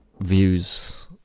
views